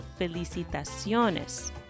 felicitaciones